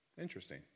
Interesting